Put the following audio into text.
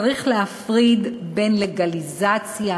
צריך להפריד בין לגליזציה